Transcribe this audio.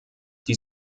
die